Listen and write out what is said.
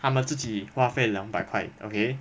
他们自己花费两百块 okay